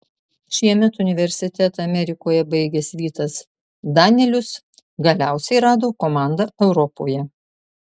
šiemet universitetą amerikoje baigęs vytas danelius galiausiai rado komandą europoje